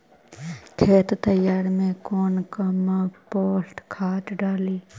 खेत तैयारी मे कौन कम्पोस्ट खाद डाली?